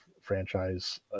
franchise